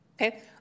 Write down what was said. Okay